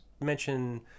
mention